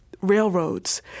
railroads